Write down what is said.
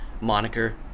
moniker